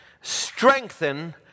strengthen